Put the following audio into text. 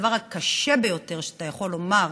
הדבר הקשה ביותר שאתה יכול לומר